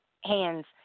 hands